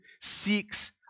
seeks